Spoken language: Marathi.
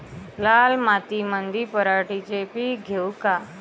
लाल मातीमंदी पराटीचे पीक घेऊ का?